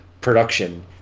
production